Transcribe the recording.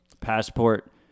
passport